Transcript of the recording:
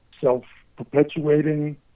self-perpetuating